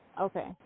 Okay